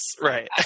right